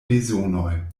bezonoj